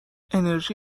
انِرژی